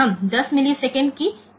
તેથી તે તપાસ આ બિંદુએ કરવામાં આવે છે